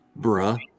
Bruh